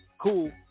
cool